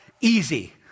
easy